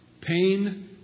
Pain